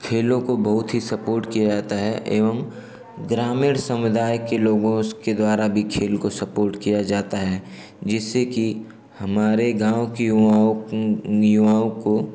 खेलों को बहुत ही सपोर्ट किया जाता है एवं ग्रामीण समुदाय के लोगों के द्वारा भी खेल को सपोर्ट किया जाता है जिससे कि हमारे गाँव के युवाओं युवाओं को